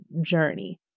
journey